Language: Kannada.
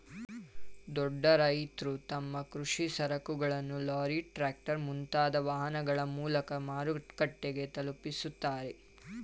ದೊಡ್ಡ ರೈತ್ರು ತಮ್ಮ ಕೃಷಿ ಸರಕುಗಳನ್ನು ಲಾರಿ, ಟ್ರ್ಯಾಕ್ಟರ್, ಮುಂತಾದ ವಾಹನಗಳ ಮೂಲಕ ಮಾರುಕಟ್ಟೆಗೆ ತಲುಪಿಸುತ್ತಾರೆ